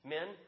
Men